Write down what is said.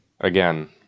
again